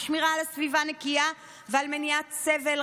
לשמירה על סביבה נקייה ועל מניעת סבל.